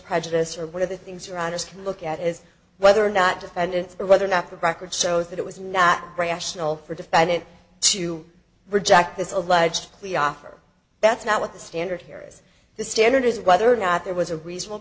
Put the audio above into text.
prejudice or one of the things around us to look at is whether or not defendants rather not the record shows that it was not rational for defendant to reject this alleged clear offer that's not what the standard here is the standard is whether or not there was a reasonable